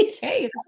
Hey